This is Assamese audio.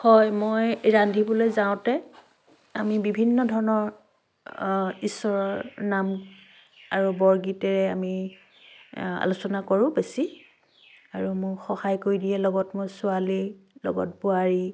হয় মই ৰান্ধিবলৈ যাওঁতে আমি বিভিন্ন ধৰণৰ ঈশ্বৰৰ নাম আৰু বৰগীতেৰে আমি আলোচনা কৰোঁ বেছি আৰু মোক সহায় কৰি দিয়ে লগত মোৰ ছোৱালী লগত বোৱাৰী